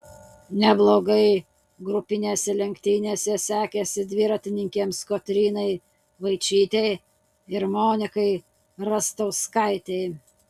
neblogai grupinėse lenktynėse sekėsi dviratininkėms kotrynai vaičytei ir monikai rastauskaitei